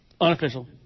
Unofficial